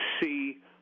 see